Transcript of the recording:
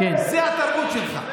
זו התרבות שלך.